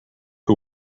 who